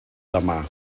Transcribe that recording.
demà